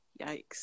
Yikes